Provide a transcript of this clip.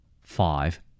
Five